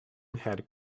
had